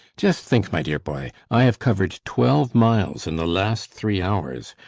just think, my dear boy, i have covered twelve miles in the last three hours.